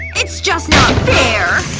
it's just not fair!